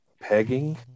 pegging